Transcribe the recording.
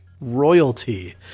Royalty